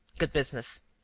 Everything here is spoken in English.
good business.